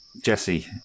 Jesse